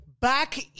Back